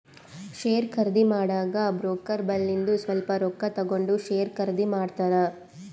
share ಖರ್ದಿ ಮಾಡಾಗ broker ಬಲ್ಲಿಂದು ಸ್ವಲ್ಪ ರೊಕ್ಕಾ ತಗೊಂಡ್ ಶೇರ್ ಖರ್ದಿ ಮಾಡ್ತಾರ್